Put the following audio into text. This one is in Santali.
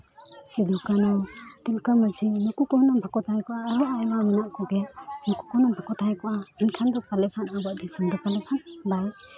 ᱥᱤᱫᱩ ᱠᱟᱹᱱᱩ ᱛᱤᱞᱠᱟᱹ ᱢᱟᱹᱡᱷᱤ ᱱᱩᱠᱩ ᱠᱚ ᱦᱩᱱᱟᱹᱝ ᱵᱟᱠᱚ ᱛᱟᱦᱮᱸ ᱠᱚᱜᱼᱟ ᱟᱨᱦᱚᱸ ᱟᱭᱢᱟ ᱢᱮᱱᱟᱜ ᱠᱚᱜᱮᱭᱟ ᱱᱩᱡᱩ ᱠᱚ ᱦᱩᱱᱟᱹᱝ ᱵᱟᱠᱚ ᱛᱟᱦᱮᱸ ᱠᱚᱜᱼᱟ ᱤᱱᱠᱷᱟᱱ ᱫᱚ ᱯᱟᱞᱮ ᱠᱷᱟᱱ ᱟᱵᱚᱣᱟᱜ ᱫᱤᱥᱚᱢ ᱫᱚ ᱯᱟᱞᱮᱠᱷᱟᱱ ᱵᱟᱭ